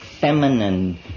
feminine